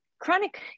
Chronic